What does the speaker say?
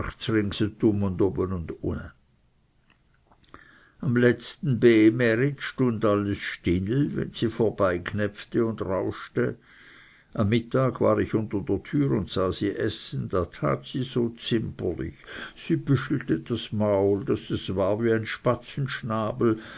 am letzten b märit stund alles still wenn sie vorbeignepfte und rauschte am mittag war ich unter der türe und sah sie essen da tat sie so zimperlich sie büschelte das maul daß es war wie ein